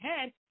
head